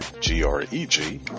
g-r-e-g